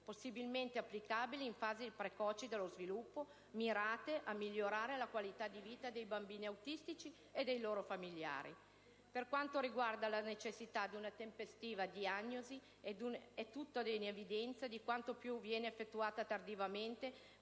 possibilmente applicabili, in fasi precoci dello sviluppo, e mirate a migliorare la qualità della vita dei bambini autistici e dei loro familiari. Per quanto riguarda la necessità di una tempestiva diagnosi, è di tutta evidenza che quanto più questa viene effettuata tardivamente